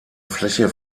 fläche